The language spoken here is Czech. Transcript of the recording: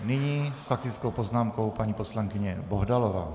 Nyní s faktickou poznámkou paní poslankyně Bohdalová.